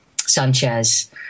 Sanchez